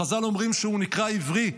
חז"ל אומרים שהוא נקרא עברי,